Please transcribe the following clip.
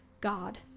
God